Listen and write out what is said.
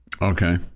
Okay